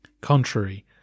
Contrary